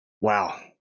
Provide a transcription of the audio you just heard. Wow